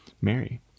Mary